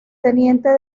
teniente